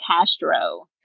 Castro